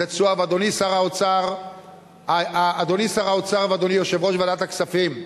אדוני שר האוצר ואדוני יושב-ראש ועדת הכספים,